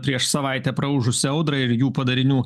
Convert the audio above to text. prieš savaitę praūžusią audrą ir jų padarinių